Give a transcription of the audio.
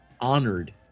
honored